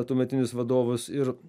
tuometinis vadovas ir